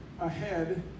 ahead